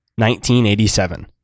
1987